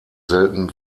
selten